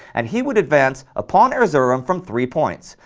and he would advance upon erzurum from three points.